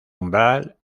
umbral